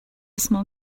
small